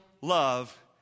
love